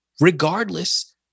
Regardless